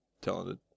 talented